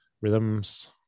rhythms